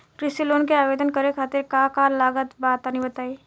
कृषि लोन के आवेदन करे खातिर का का लागत बा तनि बताई?